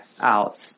out